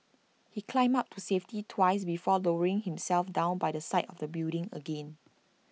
he climbed up to safety twice before lowering himself down by the side of the building again